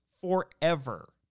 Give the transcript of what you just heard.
forever